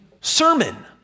sermon